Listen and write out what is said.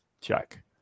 check